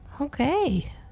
Okay